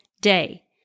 day